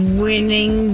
winning